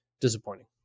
disappointing